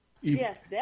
Yes